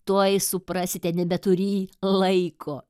tuoj suprasite nebetury laiko